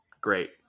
great